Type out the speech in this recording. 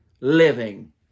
living